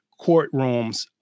courtrooms